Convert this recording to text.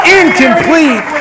incomplete